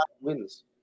Wins